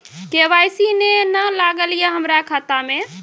KYC ने न लागल या हमरा खाता मैं?